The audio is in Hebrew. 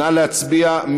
נא להצביע.